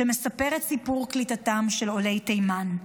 שמספר את סיפור קליטתם של עולי תימן.